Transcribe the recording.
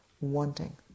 wanting